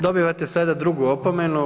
Dobivate sada drugu opomenu.